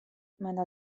meiner